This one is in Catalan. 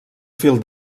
fil